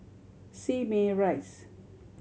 Simei Rise